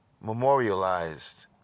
memorialized